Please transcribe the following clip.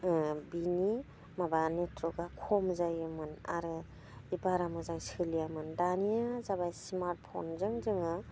बिनि माबा नेटवर्कआ खम जायोमोन आरो बारा मोजां सोलियामोन दानिया जाबाय स्मार्टफ'नजों जोङो